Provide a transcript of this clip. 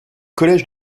collège